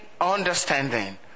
understanding